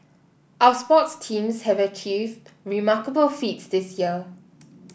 our sports teams have achieved remarkable feats this year